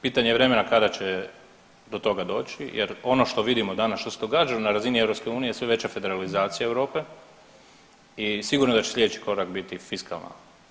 Pitanje je vremena kada će do toga doći jer ono što vidimo danas, što se događa na razini EU je sve veća federalizacija Europe i sigurno da će sljedeći korak biti fiskalna